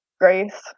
grace